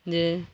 ᱡᱮ